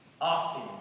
often